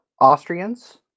Austrians